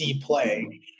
play